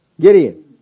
Gideon